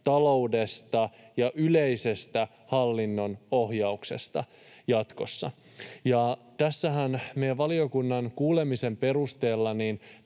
taloudesta ja yleisestä hallinnon ohjauksesta jatkossa. Tässähän meidän valiokunnan kuulemisen perusteella